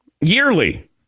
yearly